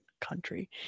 country